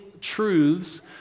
truths